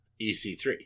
EC3